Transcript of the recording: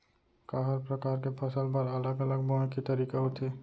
का हर प्रकार के फसल बर अलग अलग बोये के तरीका होथे?